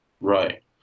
Right